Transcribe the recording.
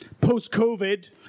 post-covid